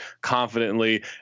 confidently